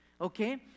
okay